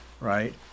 right